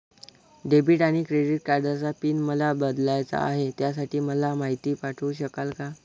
Debit आणि credit कार्डचा pin मला बदलायचा आहे, त्यासाठी मला माहिती पाठवू शकाल का?